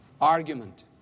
argument